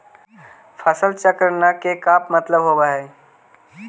फसल चक्र न के का मतलब होब है?